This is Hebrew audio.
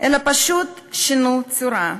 אלא פשוט שינו צורה.